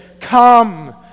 come